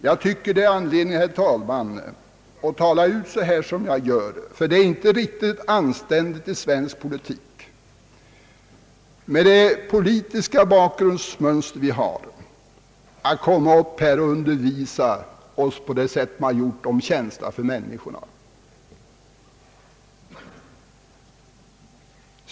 Jag tycker det är anledning, herr talman, att tala ut så som jag gör, ty det är inte riktigt anständigt i svensk politik — med den bakgrund vi har — att stiga upp här och undervisa på det sätt man gjort om vikten av att ha känsla för människorna.